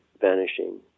vanishing